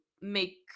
make